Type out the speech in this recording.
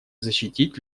защитить